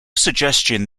suggestion